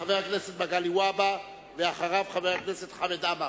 חבר הכנסת מגלי והבה, ואחריו, חבר הכנסת חמד עמאר.